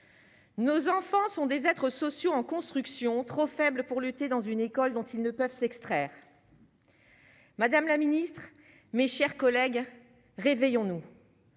Nos enfants sont des être s'sociaux en construction trop faible pour lutter dans une école dont ils ne peuvent s'extraire madame la Ministre, mes chers collègues, réveillons nous